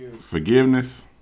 forgiveness